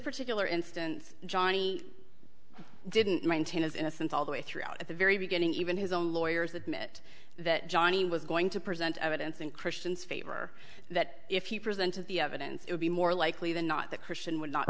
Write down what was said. particular instance johnny didn't maintain his innocence all the way through out at the very beginning even his own lawyers admit that johnnie was going to present evidence in christian's favor that if he presented the evidence it would be more likely than not that christian would not